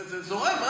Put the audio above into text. זה זורם.